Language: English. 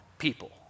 people